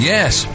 Yes